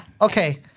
Okay